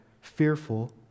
fearful